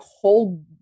hold